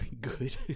good